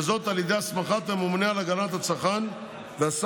וזאת על ידי הסמכת הממונה על הגנת הצרכן והסחר